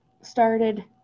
started